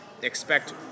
expect